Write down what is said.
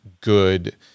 good